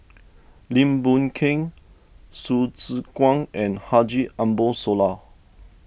Lim Boon Keng Hsu Tse Kwang and Haji Ambo Sooloh